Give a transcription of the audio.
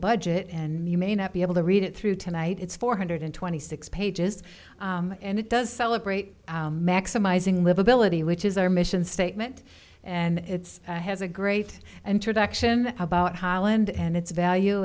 budget and you may not be able to read it through tonight it's four hundred twenty six pages and it does celebrate maximizing livability which is our mission statement and it's has a great introduction about holland and its value